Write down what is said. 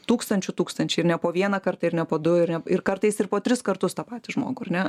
tūkstančių tūkstančiai ir ne po vieną kartą ir ne po du ir ne ir kartais ir po tris kartus tą patį žmogų ar ne